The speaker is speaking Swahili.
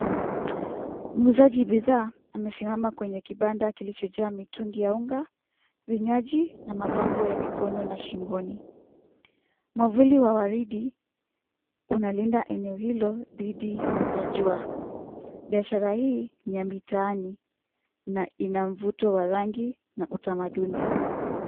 Muuzaji bidhaa amesimama kwenye kibanda kilichojaa mitungi ya unga, vinywaji na mapambo ya mikono na shingoni. Mwavuli wa waridi unalinda eneo hilo dhidi ya jua. Biashara hii ni ya mitaani na ina mvuto wa rangi na utamaduni.